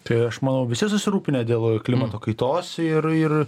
tai aš manau visi susirūpinę dėl klimato kaitos ir ir